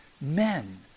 men